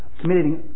committing